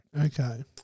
Okay